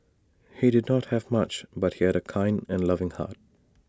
he did not have much but he had A kind and loving heart